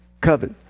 covet